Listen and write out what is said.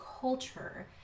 culture